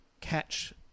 catch